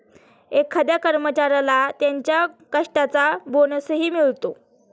एखाद्या कर्मचाऱ्याला त्याच्या कष्टाचा बोनसही मिळतो